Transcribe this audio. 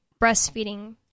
breastfeeding